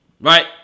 right